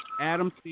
Adam